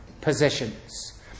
positions